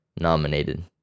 nominated